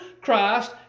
Christ